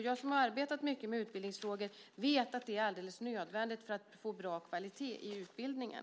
Jag som har arbetat mycket med utbildningsfrågor vet att det är alldeles nödvändigt för att få bra kvalitet i utbildningen.